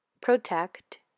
protect